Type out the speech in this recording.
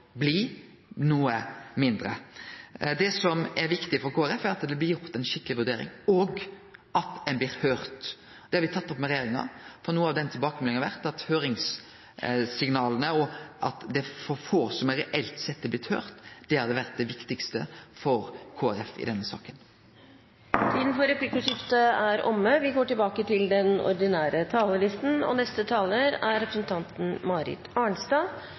blir gjort ei skikkeleg vurdering, og at ein blir høyrd. Det har me tatt opp med regjeringa. Nokre av tilbakemeldingane og høyringssignal om at det er for få som reelt sett har blitt høyrde, har vore det viktigaste for Kristeleg Folkeparti i denne saka. Replikkordskiftet er omme. Trontalen varslet at spørsmålet om økt arbeidsledighet og behov for omstilling blir viktige temaer i det politiske arbeidet neste år. Arbeid er